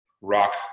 rock